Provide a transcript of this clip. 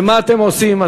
ומה אתם עושים?